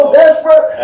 desperate